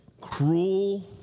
cruel